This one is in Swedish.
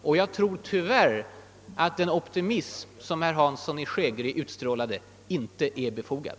Tyvärr tror jag att den optimism som herr Hansson i Skegrie utstrålade inte är befogad.